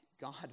God